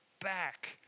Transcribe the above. back